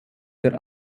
der